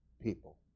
people